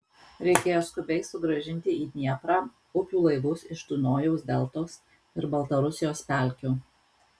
reikėjo skubiai sugrąžinti į dnieprą upių laivus iš dunojaus deltos ir baltarusijos pelkių